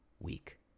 week